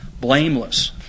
Blameless